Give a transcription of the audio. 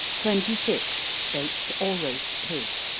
twenty six. baked or roast pig.